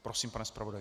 Prosím, pane zpravodaji.